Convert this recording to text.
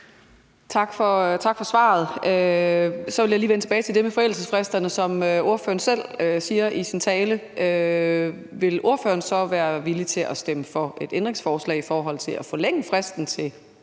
Tak for svaret. Så vil jeg lige vende tilbage til det med forældelsesfristerne, som ordføreren selv nævner i sin tale. Vil ordføreren så være villig til at stemme for et ændringsforslag i forhold til at forlænge fristen til